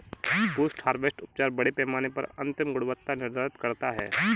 post harvest उपचार बड़े पैमाने पर अंतिम गुणवत्ता निर्धारित करता है